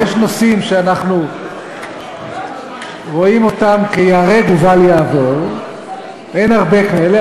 יש נושאים שאנחנו רואים אותם כייהרג ובל יעבור אין הרבה כאלה,